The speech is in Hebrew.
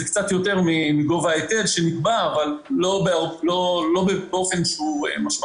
זה קצת יותר מגובה ההיטל אבל לא באופן משמעותי.